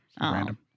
random